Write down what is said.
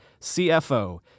CFO